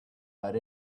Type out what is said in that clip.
had